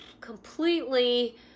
completely